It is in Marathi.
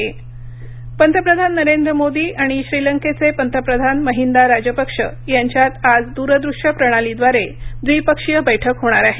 मोदी श्रीलंका पंतप्रधान नरेंद्र मोदी आणि श्रीलंकेचे पंतप्रधान महिंदा राजपक्ष यांच्यात आज दूर दृश्य प्रणालीद्वारे द्विपक्षीय बैठक होणार आहे